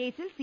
കേസിൽ സി